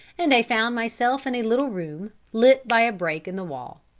and i found myself in a little room, lit by a break in the wall.